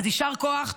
אז יישר כוח,